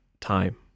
time